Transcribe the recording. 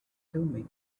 thummim